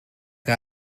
que